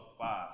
five